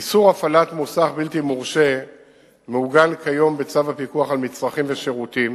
איסור הפעלת מוסך בלתי מורשה מעוגן כיום בצו הפיקוח על מצרכים ושירותים.